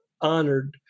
honored